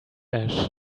ash